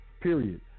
period